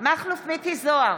מכלוף מיקי זוהר,